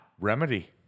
Remedy